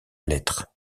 lettre